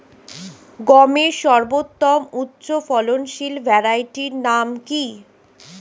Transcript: গমের সর্বোত্তম উচ্চফলনশীল ভ্যারাইটি নাম কি?